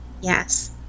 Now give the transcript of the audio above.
yes